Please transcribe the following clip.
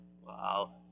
Wow